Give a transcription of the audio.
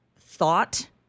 thought